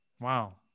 Wow